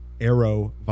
Arrow